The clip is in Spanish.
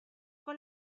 con